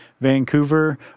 Vancouver